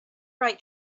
right